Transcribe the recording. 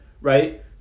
right